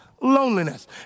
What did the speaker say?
Loneliness